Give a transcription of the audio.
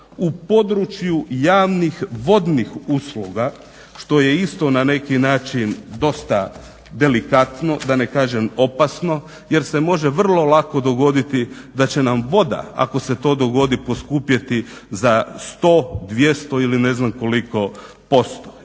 u području javnih vodnih usluga što je isto na neki način dosta delikatno da ne kažem opasno jer se može vrlo lako dogoditi da će nam voda ako se to dogodi poskupjeti za 100, 200 ili ne znam koliko posto.